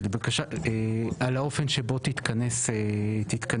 על האופן שבו תתכנס הממשלה.